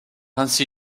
ainsi